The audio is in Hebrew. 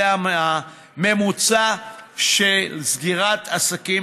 זה הממוצע של סגירת עסקים